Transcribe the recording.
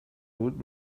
بود